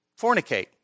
fornicate